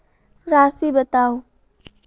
राशि बताउ